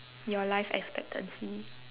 your life expectancy